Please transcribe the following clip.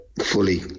fully